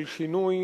של שינוי